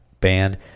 band